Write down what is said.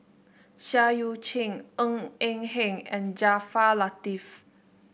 Seah Eu Chin Ng Eng Hen and Jaafar Latiff